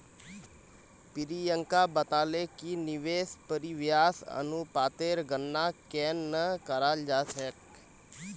प्रियंका बताले कि निवेश परिव्यास अनुपातेर गणना केन न कराल जा छेक